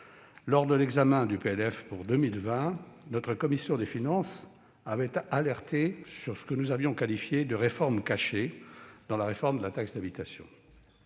loi de finances pour 2020, notre commission des finances avait alerté sur ce que nous avions qualifié de « réforme cachée » dans la réforme de la taxe d'habitation,